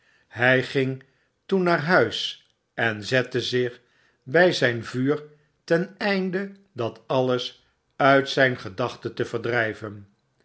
hy ging toen naar huis en zette zich bij zyn vuur ten einde dat alles uit zijn gedachte te verdryven